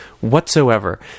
whatsoever